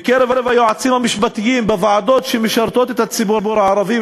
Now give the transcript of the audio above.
בקרב היועצים המשפטיים בוועדות שמשרתות את הציבור הערבי,